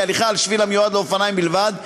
הליכה על שביל המיועד לאופניים בלבד.